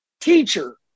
teacher